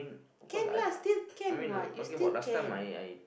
can lah still can what you still can